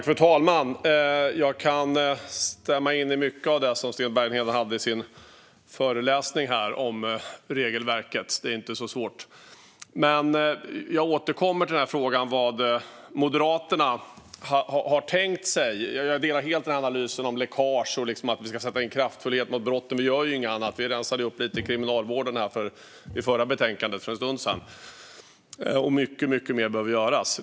Fru talman! Jag kan stämma in i mycket av det som Sten Bergheden sa om regelverket i sin föreläsning här; det är inte så svårt. Jag återkommer dock till frågan vad Moderaterna har tänkt sig. Jag håller helt med om analysen om läckage och om att vi ska sätta in kraftfulla åtgärder mot brotten. Vi gör ju inget annat. Vi rensade ju upp lite i kriminalvården när det förra betänkandet debatterades för en stund sedan, och mycket mer behöver göras.